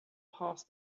past